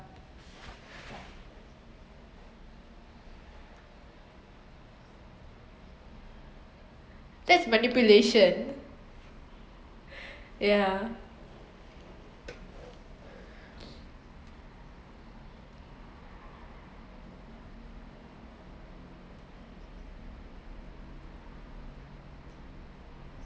that’s manipulation yeah